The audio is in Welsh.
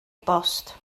bost